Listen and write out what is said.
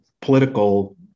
political